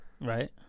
Right